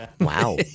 Wow